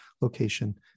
location